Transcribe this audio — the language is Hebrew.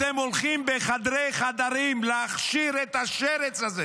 אתם הולכים בחדרי חדרים להכשיר את השרץ הזה